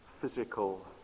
physical